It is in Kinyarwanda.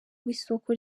w’isoko